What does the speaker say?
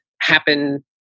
happen